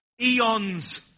eons